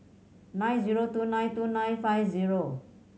nine zero two nine two nine five zero